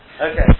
Okay